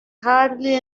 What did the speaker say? hardly